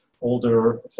Older